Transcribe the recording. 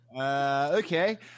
Okay